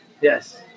Yes